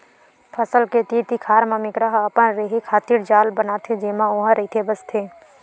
फसल के तीर तिखार म मेकरा ह अपन रेहे खातिर जाल बनाथे जेमा ओहा रहिथे बसथे